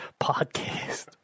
podcast